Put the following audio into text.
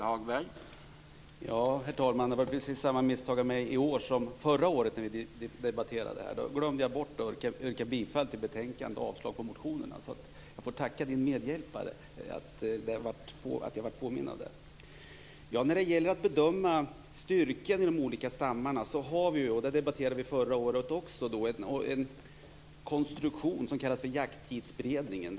Herr talman! Jag gjorde precis samma misstag i år som förra året när vi debatterade detta. Då glömde jag bort att yrka bifall till hemställan i betänkandet och avslag på motionerna. Jag får tacka för att jag blev påmind om det. För att bedöma styrkan i de olika stammarna har vi ju, och det debatterade vi förra året också, en konstruktion som kallas för Jakttidsberedningen.